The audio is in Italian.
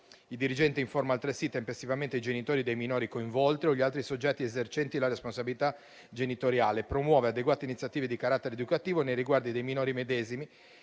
Il dirigente informa altresì tempestivamente i genitori dei minori coinvolti o gli altri soggetti esercenti la responsabilità genitoriale, promuove adeguate iniziative di carattere educativo nei riguardi dei minori medesimi,